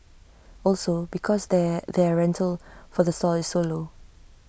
also because their their rental for the stall is so low